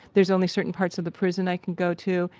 there's only certain parts of the prison i can go to.